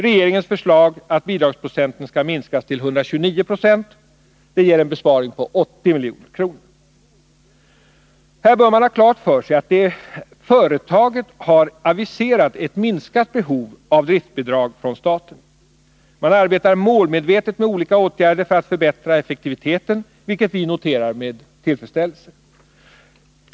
Regeringens förslag att bidragsprocenten skall minskas till 129 26 ger en besparing på 80 milj.kr. Här bör man ha klart för sig att detta företag har aviserat ett minskat behov av driftbidrag från staten. Man arbetar målmedvetet med olika åtgärder för att förbättra effektiviteten, vilket vi noterar med tillfredsställelse.